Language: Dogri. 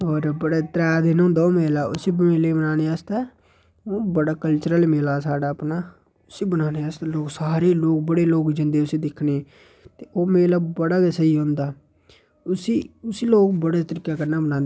होर बड़ा त्रै दिन होंदा ओह् मेला उसी मेले गी मनाने आस्तै ओह् बड़ा कल्चरल मेला साढ़ा अपना उसी बनाने आस्तै लोक सारे लोक बड़े लोक जंदे उसी दिक्खने गी ते ओह् मेला बड़ा गै स्हेई होंदा उसी उसी लोक बड़े तरीके कन्नै मनांदे